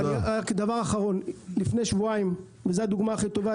דבר אחרון: לפני שבועיים וזו הדוגמה הכי טובה